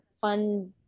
fun